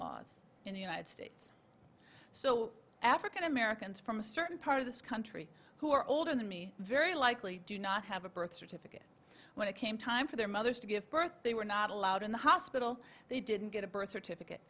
laws in the united states so african americans from a certain part of this country who are older than me very likely do not have a birth certificate when it came time for their mothers to give birth they were not allowed in the hospital they didn't get a birth certificate